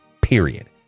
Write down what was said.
period